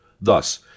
Thus